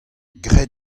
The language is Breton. grit